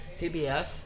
TBS